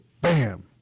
bam